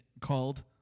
called